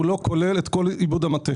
הוא לא כולל את כל עיבוד המתכת.